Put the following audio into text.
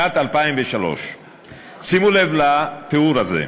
שנת 2003. שימו לב לתיאור הזה: